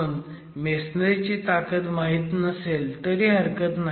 म्हणून मेसनरी ची ताकद माहीत नसेल तरी हरकत नाही